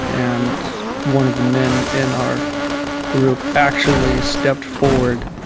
and one of the men in our group actually stepped forward